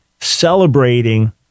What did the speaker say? celebrating